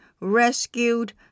rescued